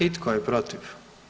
I tko je protiv?